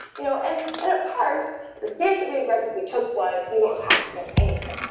you know and and at parse, the steps that we aggressively took was you don't have to know anything.